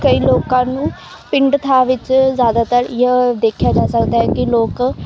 ਕਈ ਲੋਕਾਂ ਨੂੰ ਪਿੰਡ ਥਾਂ ਵਿੱਚ ਜ਼ਿਆਦਾਤਰ ਯ ਦੇਖਿਆ ਜਾ ਸਕਦਾ ਹੈ ਕਿ ਲੋਕ